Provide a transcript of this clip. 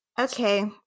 Okay